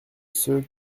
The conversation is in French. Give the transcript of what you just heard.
ceux